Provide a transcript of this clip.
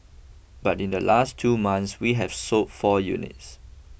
but in the last two months we have sold four units